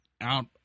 out